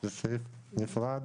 זה סעיף נפרד,